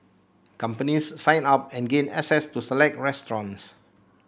companies sign up and gain access to select restaurants